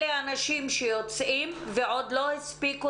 אלה אנשים שיוצאים ועוד לא הספיקו